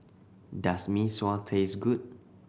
does Mee Sua taste good